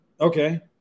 okay